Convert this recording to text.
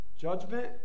judgment